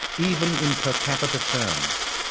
even in per capita terms.